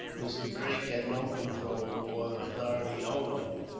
mr. drake had no control or authority over him.